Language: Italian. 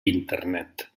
internet